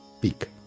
peak